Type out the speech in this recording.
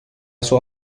sua